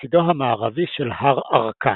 בצדו המערבי של הר ערקן,